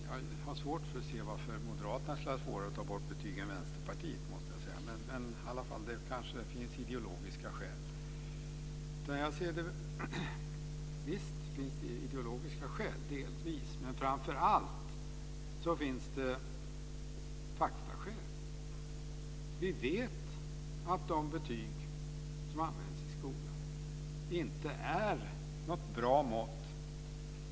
Jag har svårt att se varför Moderaterna ska ha svårare att ta bort betygen än Vänsterpartiet. Det kanske finns ideologiska skäl. Visst finns det delvis ideologiska skäl, men framför allt finns det faktaskäl. Vi vet att de betyg som används i skolan inte är några bra mått.